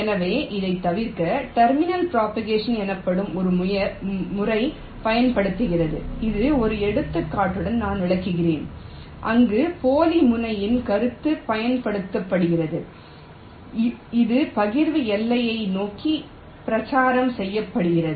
எனவே இதைத் தவிர்க்க டெர்மினல் ப்ரோபகேஷன் எனப்படும் ஒரு முறை பயன்படுத்தப்படுகிறது இது ஒரு எடுத்துக்காட்டுடன் நான் விளக்குகிறேன் அங்கு போலி முனையத்தின் கருத்து பயன்படுத்தப்படுகிறது இது பகிர்வு எல்லையை நோக்கி பிரச்சாரம் செய்யப்படுகிறது